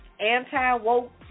anti-woke